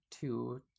two